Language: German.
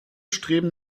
streben